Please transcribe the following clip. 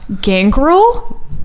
gangrel